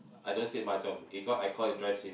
I don't say mahjong because I call it dry swimming